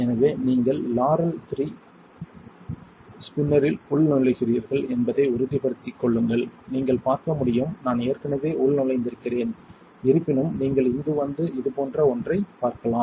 எனவே நீங்கள் லாரல் 3 ஸ்பின்னரில் உள்நுழைகிறீர்கள் என்பதை உறுதிப்படுத்திக் கொள்ளுங்கள் நீங்கள் பார்க்க முடியும் நான் ஏற்கனவே உள்நுழைந்திருக்கிறேன் இருப்பினும் நீங்கள் இங்கு வந்து இதுபோன்ற ஒன்றைப் பார்க்கலாம்